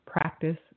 practice